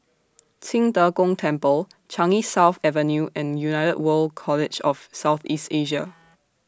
Qing De Gong Temple Changi South Avenue and United World College of South East Asia